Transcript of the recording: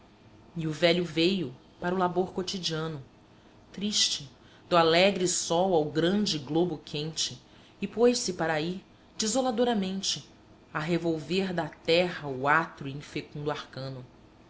e o velho veio para o labor cotidiano triste do alegre sol ao grande globo quente e pôs-se para aí desoladoramente a revolver da terra o atro e infecundo arcano